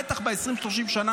בטח ב-20 30 השנה